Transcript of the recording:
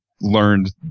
learned